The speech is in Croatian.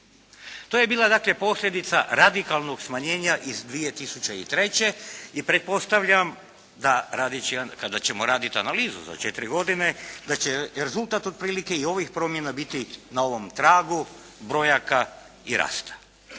To je bila dakle posljedica radikalnog smanjenja iz 2003. i pretpostavljam da kada ćemo raditi analizu za četiri godine da će rezultat otprilike i ovih promjena biti na ovom tragu brojaka i rasta.